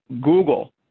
Google